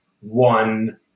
one